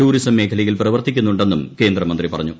tourism മേഖലയിൽ പ്രവർത്തിക്കുന്നുണ്ടെന്നും കേന്ദ്രമന്ത്രി പറഞ്ഞു